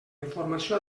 informació